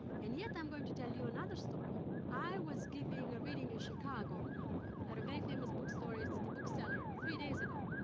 and yet, i'm going to tell you another story. i was giving a reading in chicago at a very famous bookstore it's the book cellar three days ago.